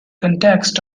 context